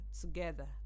together